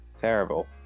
Terrible